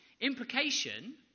Implication